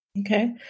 Okay